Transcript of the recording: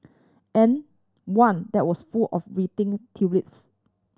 and one that was full of wilting tulips